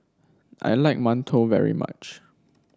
I like mantou very much